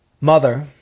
Mother